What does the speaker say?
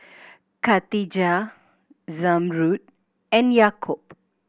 Khatijah Zamrud and Yaakob